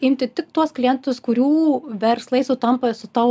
imti tik tuos klientus kurių verslai sutampa su tavo